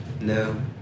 No